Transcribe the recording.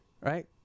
Right